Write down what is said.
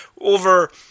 Over